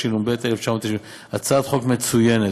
התשנ"ב 1992. הצעת חוק מצוינת.